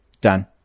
done